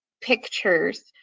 pictures